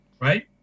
right